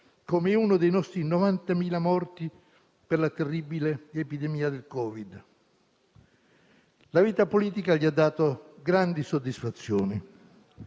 come uno dei nostri 90.000 morti per la terribile epidemia del Covid. La vita politica gli ha dato grandi soddisfazioni,